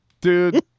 dude